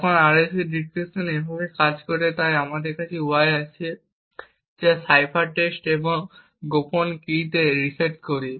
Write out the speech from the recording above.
এখন RSA decryption এইভাবে কাজ করে তাই আমাদের কাছে y আছে যা সাইফার টেক্সট এবং আমরা একটি গোপন কীতে রিসেট করি